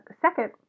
second